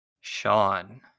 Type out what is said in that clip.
Sean